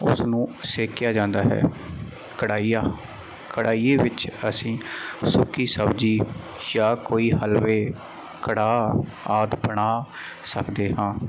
ਉਸ ਨੂੰ ਸੇਕਿਆ ਜਾਂਦਾ ਹੈ ਕੜਾਈਆ ਕੜਾਈਏ ਵਿੱਚ ਅਸੀਂ ਸੁੱਕੀ ਸਬਜ਼ੀ ਜਾਂ ਕੋਈ ਹਲਵੇ ਕੜਾਹ ਆਦਿ ਬਣਾ ਸਕਦੇ ਹਾਂ